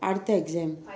அடுத்த:adutha exam